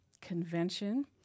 convention